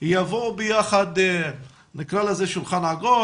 יבואו ביחד לשולחן עגול,